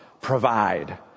provide